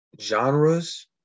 genres